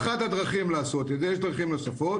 אחת הדרכים לעשות את זה יש דרכים נוספות